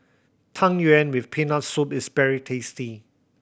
Tang Yuen with Peanut Soup is very tasty